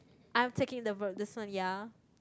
I'm taking the this one ya